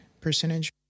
percentage